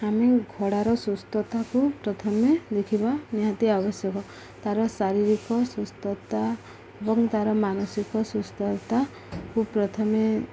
ଆମେ ଘୋଡ଼ାର ସୁସ୍ଥତାକୁ ପ୍ରଥମେ ଦେଖିବା ନିହାତି ଆବଶ୍ୟକ ତାର ଶାରୀରିକ ସୁସ୍ଥତା ଏବଂ ତାର ମାନସିକ ସୁସ୍ଥତାକୁ ପ୍ରଥମେ